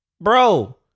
Bro